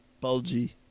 bulgy